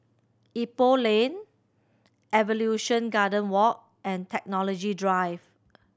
Ipoh Lane Evolution Garden Walk and Technology Drive